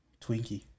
Twinkie